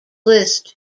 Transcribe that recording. list